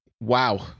Wow